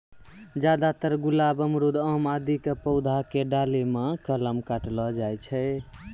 ज्यादातर गुलाब, अमरूद, आम आदि के पौधा के डाली मॅ कलम काटलो जाय छै